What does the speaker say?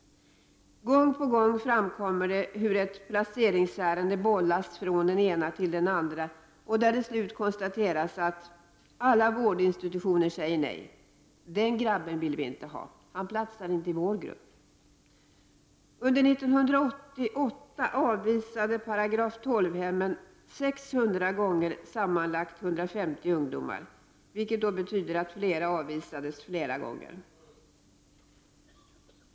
Gång på gång framkommer hur ett placeringsärende bollas från den ena till den andra, och till slut konstateras det att alla vårdinstitutioner säger nej: ”Den grabben vill inte vi ha, han platsar inte i vår grupp.” Under 1988 avvisade § 12-hemmen 600 gånger sammanlagt 150 ungdomar, vilket betyder att flera ungdomar avvisades flera gånger.